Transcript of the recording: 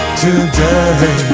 today